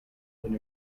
when